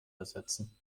ersetzen